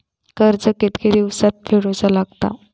कर्ज कितके दिवसात फेडूचा लागता?